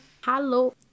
Hello